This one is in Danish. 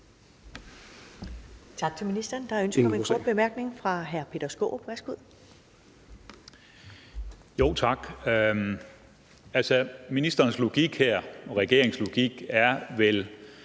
Tak til ministeren. Der er ønske om en kort bemærkning fra hr. Peter Skaarup. Værsgo. Kl. 14:36 Peter Skaarup (DF): Tak. Altså, ministerens logik her, regeringens logik, er vel,